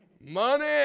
Money